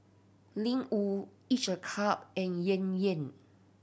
Ling Wu Each a Cup and Yan Yan